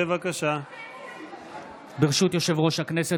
ברשות יושב-ראש הכנסת,